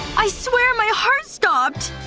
i swear my heart stopped!